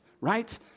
right